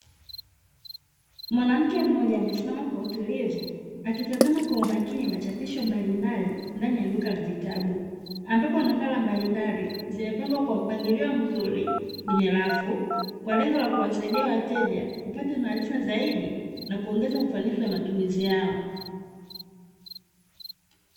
Mwanamke mmoja amesimama kwa utulivu akitazama kwa umakini machapisho mbalimbali ndani la duka la vitabu, ambapo nakala mbalimbali zimepangwa kwa mpangilio mzuri kwenye rafu, kwa lengo la kuwasaidia wateja kupata maarifa na kuongeza ufanisi wa matumizi yao.